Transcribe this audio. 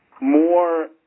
more